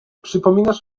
przypominasz